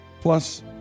plus